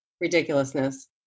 ridiculousness